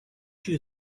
you